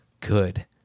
good